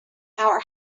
our